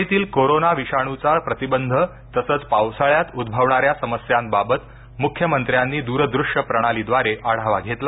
मुंबईतील कोरोना विषाणूचा प्रतिबंध तसंच पावसाळ्यात उद्भवणाऱ्या समस्यांबाबत मुख्यमंत्र्यांनी दूरदृश्य प्रणालीद्वारे आढावा घेतला